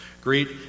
Greet